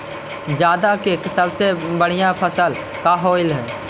जादा के सबसे बढ़िया फसल का होवे हई?